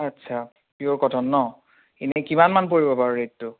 আচ্ছা pure cotton ন এনেই কিমান মান পৰিব বাৰু ৰে'টটো